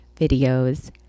videos